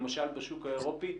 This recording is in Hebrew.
למשל בשוק האירופי,